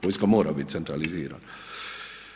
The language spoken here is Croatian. Vojska mora biti centralizirana.